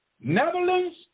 Netherlands